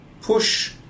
push